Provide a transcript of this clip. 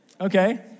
Okay